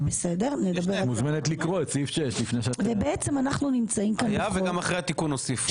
את מוזמנת לקרוא את סעיף 6. היה וגם אחרי התיקון הוסיפו.